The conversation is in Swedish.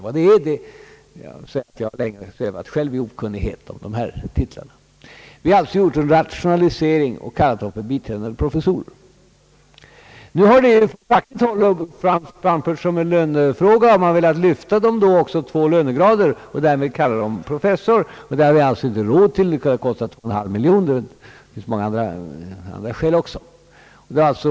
Jag har själv länge svävat i okunnighet om dessa titlar. Vi har alltså här gjort en rationalisering och kallat dem för biträdande professorer. Nu har ju detta på fackligt håll också gjorts till en lönefråga. Man har velat lyfta de biträdande professorerna två lönegrader och kalla dem för professorer. Det har vi inte råd till, det skulle kosta 2,5 miljoner kronor. Många andra skäl kan också anföras mot ett sådant steg.